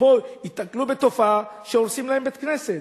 ופה ייתקלו בתופעה שהורסים להם בית-כנסת.